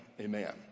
Amen